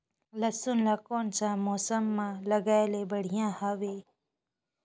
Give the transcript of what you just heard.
लसुन ला कोन सा मौसम मां लगाय ले बढ़िया हवे?